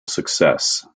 success